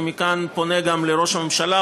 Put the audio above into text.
אני מכאן פונה גם לראש הממשלה,